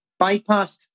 bypassed